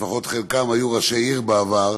לפחות חלקם היו ראשי עיר בעבר,